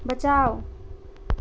बचाउ